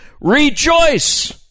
rejoice